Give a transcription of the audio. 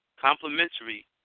complementary